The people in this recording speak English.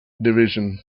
division